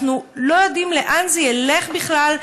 אנחנו לא יודעים לאן זה ילך בכלל,